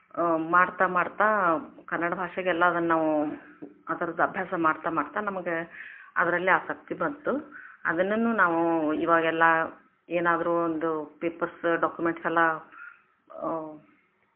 ಮಾಡ್ತಾ ಮಾಡ್ತಾ ಕನ್ನಡ ಭಾಷೆಗೆ ಎಲ್ಲ ಅದನ್ನು ನಾವು ಆ ಥರದ್ದು ಅಭ್ಯಾಸ ಮಾಡ್ತಾ ಮಾಡ್ತಾ ನಮಗೆ ಅದ್ರಲ್ಲೇ ಆಸಕ್ತಿ ಬಂತು ಅದನ್ನೂ ನಾವು ಇವಾಗೆಲ್ಲ ಏನಾದರೂ ಒಂದು ಪೇಪರ್ಸ್ ಡಾಕ್ಯುಮೆಂಟ್ಸೆಲ್ಲ